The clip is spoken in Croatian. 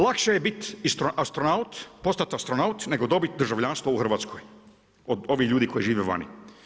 Lakše je bit austronaut, postat astronaut nego dobit državljanstvo u Hrvatskoj od ovih ljudi koji žive vani.